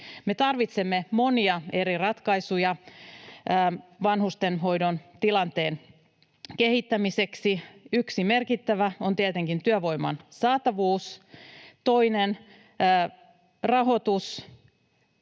Me tarvitsemme monia eri ratkaisuja vanhustenhoidon tilanteen kehittämiseksi. Yksi merkittävä on tietenkin työvoiman saatavuus, toisena rahoitus,